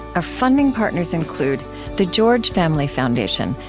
our funding partners include the george family foundation,